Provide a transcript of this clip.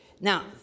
Now